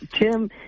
Tim